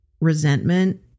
resentment